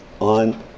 on